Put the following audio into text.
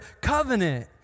covenant